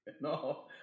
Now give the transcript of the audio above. No